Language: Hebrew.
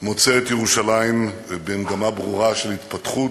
מוצא את ירושלים במגמה ברורה של התפתחות,